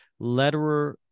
letterer